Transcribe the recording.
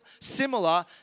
similar